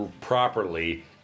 properly